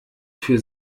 für